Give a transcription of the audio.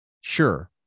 sure